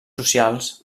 socials